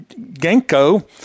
Genko